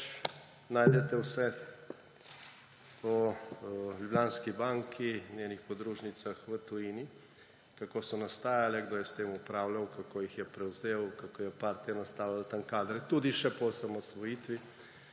najdete vse o Ljubljanski banki, njenih podružnicah v tujini, kako so nastajale, kdo je s tem upravljal, kako jih je prevzel, kako je partija nastavljala tam kadre tudi še po osamosvojitvi,